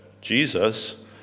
Jesus